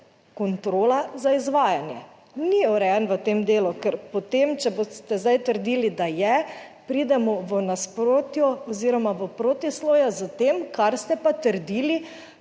kontrola za izvajanje. Ni urejen v tem delu, ker potem, če boste zdaj trdili, da je, pridemo v nasprotju oziroma v protislovje s tem, kar ste pa trdili